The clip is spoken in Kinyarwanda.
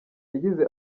yagize